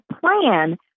plan